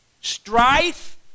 strife